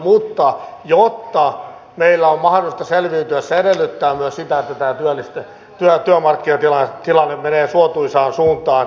mutta jotta meillä on mahdollisuutta selviytyä se edellyttää myös sitä että tämä työmarkkinatilanne menee suotuisaan suuntaan